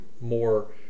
more